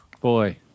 boy